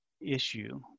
issue